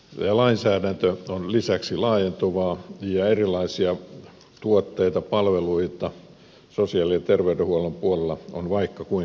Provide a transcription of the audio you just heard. lainsäädäntö on lisäksi laajentuvaa ja erilaisia tuotteita ja palveluita sosiaali ja terveydenhuollon puolella on vaikka kuinka paljon